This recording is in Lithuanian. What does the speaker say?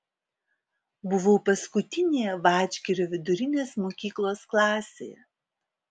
buvau paskutinėje vadžgirio vidurinės mokyklos klasėje